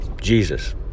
Jesus